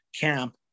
camp